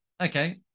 Okay